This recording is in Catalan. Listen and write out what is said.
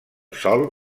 sol